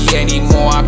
anymore